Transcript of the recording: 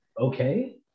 Okay